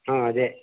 ಹಾಂ ಅದೇ